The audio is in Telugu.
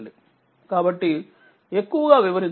కాబట్టిఎక్కువగావివరించను